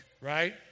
right